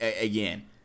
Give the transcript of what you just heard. again